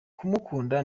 kumukunda